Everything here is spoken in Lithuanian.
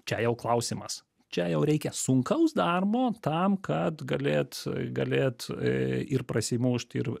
čia jau klausimas čia jau reikia sunkaus darbo tam kad galėt galėt ir prasimušt ir